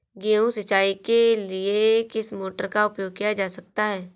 गेहूँ सिंचाई के लिए किस मोटर का उपयोग किया जा सकता है?